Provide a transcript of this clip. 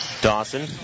Dawson